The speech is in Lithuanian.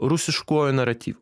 rusiškuoju naratyvu